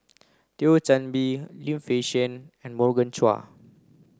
Thio Chan Bee Lim Fei Shen and Morgan Chua